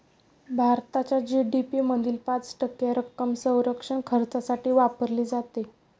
भारताच्या जी.डी.पी मधील पाच टक्के रक्कम संरक्षण खर्चासाठी वापरली जाते